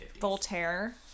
Voltaire